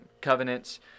covenants